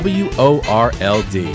world